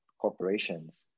corporations